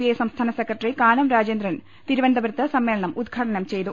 I സംസ്ഥാന secretary Kanam Rajendran തിരുവനന്തപുരത്ത് സമ്മേ ളനം ഉദ്ഘാടനം ചെയ്തു